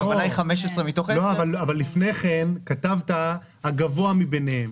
הכוונה היא 15 מתוך 10. אבל לפני כן כתבת הגבוה מביניהם.